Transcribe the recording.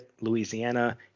Louisiana